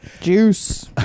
Juice